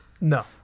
No